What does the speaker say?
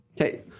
Okay